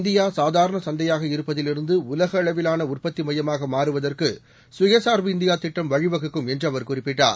இந்தியாசாதாரணச்சந்தையாகஇருப்பதில்இருந்து உலகஅளவிலானஉற்பத்திமையமாகமாறுவதற்குசுயச் சார்புஇந்தியாதிட்டம்வழிவகுக்கும்என்றுஅவர்குறிப்பிட் டார்